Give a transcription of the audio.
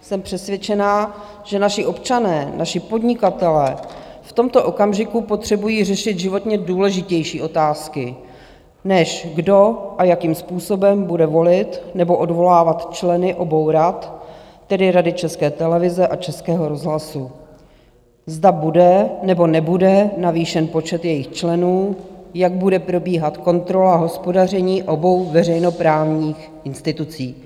Jsem přesvědčena, že naši občané, naši podnikatelé v tomto okamžiku potřebují řešit životně důležitější otázky, než kdo a jakým způsobem bude volit nebo odvolávat členy obou rad, tedy Rady České televize a Rady Českého rozhlasu, zda bude, nebo nebude navýšen počet jejich členů, jak bude probíhat kontrola hospodaření obou veřejnoprávních institucí.